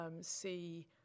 see